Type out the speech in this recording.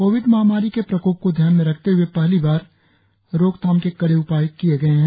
Covid महामारी के प्रकोप को ध्यान में रखते हुए पहली बार रोकथाम के कड़े उपाय किए गए हैं